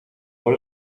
por